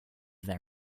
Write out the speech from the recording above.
their